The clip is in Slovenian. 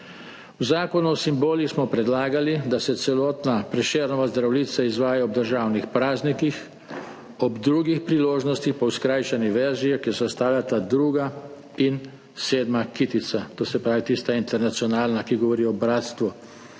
V zakonu o simbolih smo predlagali, da se celotna Prešernova Zdravljica izvaja ob državnih praznikih, ob drugih priložnostih pa v skrajšani verziji, ki jo sestavljata druga in sedma kitica, to se pravi tista internacionalna, ki govori o bratstvu